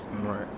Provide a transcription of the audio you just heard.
Right